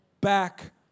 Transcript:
Back